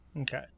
Okay